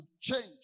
change